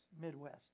Midwest